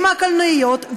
עם הקלנועיות,